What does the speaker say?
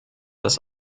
das